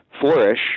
flourish